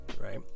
right